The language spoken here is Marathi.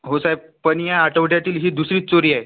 हो साहेब पण या आठवड्यातील ही दुसरी चोरी आहे